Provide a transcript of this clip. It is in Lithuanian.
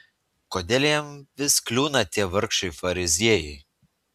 kodėl jam vis kliūva tie vargšai fariziejai